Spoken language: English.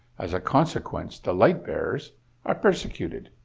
as a consequence, the light bearers are persecuted-shunned.